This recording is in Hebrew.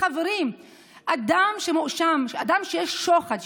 חברים: אדם שמואשם בשוחד,